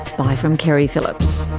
bye from keri phillips